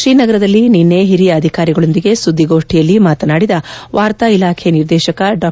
ತ್ರೀನಗರದಲ್ಲಿ ನಿನ್ನೆ ಹಿರಿಯ ಅಧಿಕಾರಿಗಳೊಂದಿಗೆ ಸುದ್ಲಿಗೋಷ್ನಿಯಲ್ಲಿ ಮಾತನಾಡಿದ ವಾರ್ತಾ ಇಲಾಖೆ ನಿರ್ದೇಶಕ ಡಾ